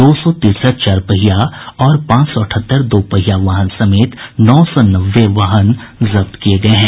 दो सौ तिरसठ चार पहिया और पांच सौ अठहत्तर दो पहिया वाहन समेत नौ सौ नब्बे वाहन जब्त किये गये हैं